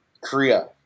Korea